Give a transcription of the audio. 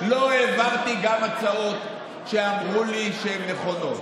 לא העברתי גם הצעות שאמרו לי שהן נכונות.